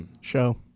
Show